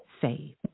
save